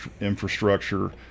infrastructure